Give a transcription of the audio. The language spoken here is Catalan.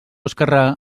esquerrà